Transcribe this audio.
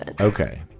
Okay